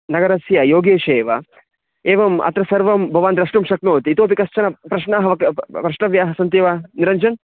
नगरस्य योगेशः एव एवम् अत्र सर्वं भवान् द्रष्टुं शक्नोति इतोऽपि कश्चन प्रश्नाः वक् प्रष्टव्याः सन्ति वा निरञ्जनः